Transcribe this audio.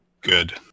Good